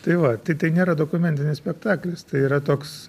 tai va tai tai nėra dokumentinis spektaklis tai yra toks